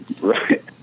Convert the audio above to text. Right